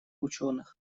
учёных